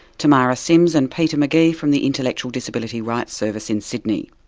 tamara sims and peter mcgee from the intellectual disability rights service in sydney.